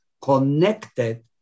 connected